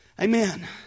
Amen